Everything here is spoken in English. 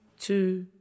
two